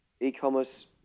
e-commerce